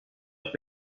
euch